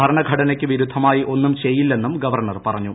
ഭരണഘടനയക്ക് വിരുദ്ധമായി ഒന്നും ചെയ്യില്ലെന്നും ഗവർണർ പറഞ്ഞു